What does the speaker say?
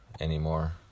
anymore